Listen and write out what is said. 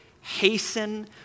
hasten